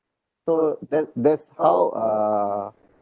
so that that's how uh